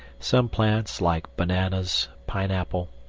some plants, like bananas, pineapple,